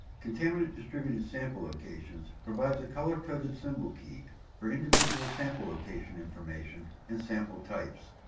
contaminant distributed sample locations provides a color-coded symbol key for individual sample location information and sample types.